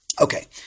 Okay